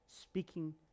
speaking